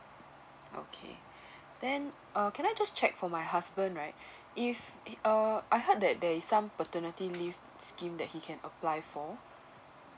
okay then uh can I just check for my husband right if uh I heard that there is some paternity leave scheme that he can apply for